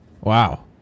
Wow